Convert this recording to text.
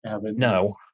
No